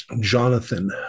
Jonathan